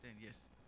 yes